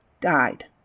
died